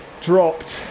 dropped